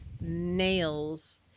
nails